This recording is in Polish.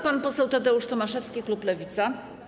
Pan poseł Tadeusz Tomaszewski, klub Lewica.